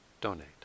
donate